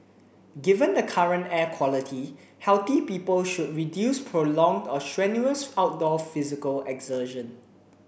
given the current air quality healthy people should reduce prolonged or strenuous outdoor physical exertion